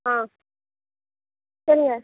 ஆ சரிங்க